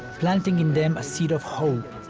planting in them a seed of hope,